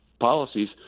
policies